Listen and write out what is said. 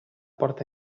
porta